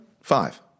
Five